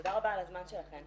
תודה רבה על הזמן שלכן.